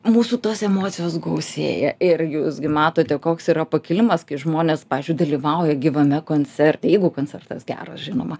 mūsų tos emocijos gausėja ir jūs gi matote koks yra pakilimas kai žmonės pavyzdžiui dalyvauja gyvame koncerte jeigu koncertas geras žinoma